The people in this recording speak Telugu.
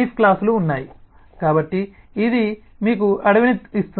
ఆకు క్లాస్ లు ఉన్నాయి కాబట్టి ఇది మీకు అడవిని ఇస్తుంది